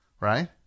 Right